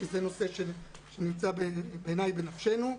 כי זה נושא שנמצא בעיניי בנפשנו.